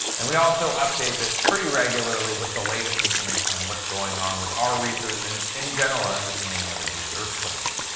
and we also update this pretty regularly with the latest information on what's going on with our research and, in general, our understanding of induced earthquakes.